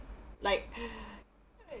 like